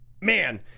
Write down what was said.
Man